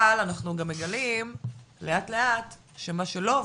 אבל אנחנו גם מגלים לאט לאט שמה שלא עובד,